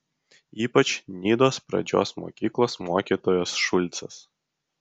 ypač nidos pradžios mokyklos mokytojas šulcas